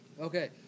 Okay